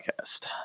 podcast